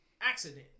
accident